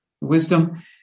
wisdom